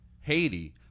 Haiti